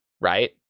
Right